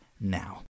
now